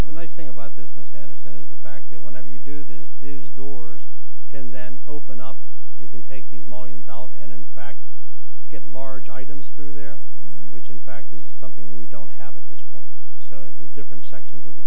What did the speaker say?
the nice thing about this miss anderson is the fact that whenever you do this these doors can then open up you can take these millions out and in fact get large items through there which in fact is something we don't have at this point so the different sections of the